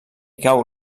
cau